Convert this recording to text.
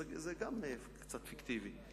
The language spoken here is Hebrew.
זה גם כן קצת פיקטיבי.